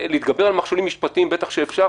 להתגבר על מכשולים משפטיים בטח אפשר,